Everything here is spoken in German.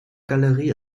galerie